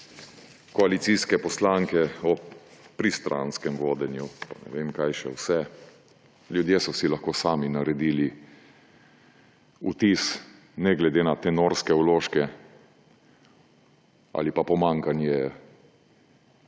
koalicijske poslanke o pristranskem vodenju in ne vem kaj še vse. Ljudje so si lahko sami ustvarili vtis, ne glede na tenorske vložke ali pa pomanjkanje